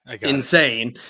insane